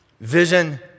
vision